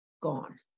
gone